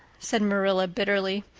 said marilla bitterly.